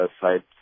sites